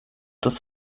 des